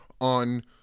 on